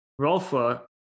Rolfa